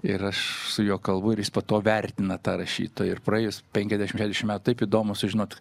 ir aš su juo kalbu ir jis po to vertina tą rašytoją ir praėjus penkiasdešimt keturiasdešimt metų taip įdomu sužinot